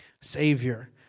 Savior